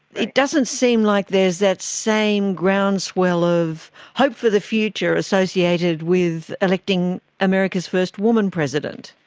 it doesn't seem like there's that same groundswell of hope for the future associated with electing america's first woman president.